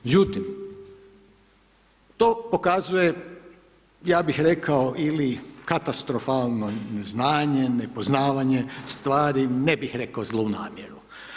Međutim, to pokazuje, ja bih rekao ili katastrofalno neznanje, nepoznavanje stvari, ne bi rekao zlu namjeru.